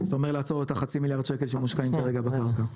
אז אתה אומר לעצור את החצי מיליארד שקל שמושקעים כרגע בקרקע?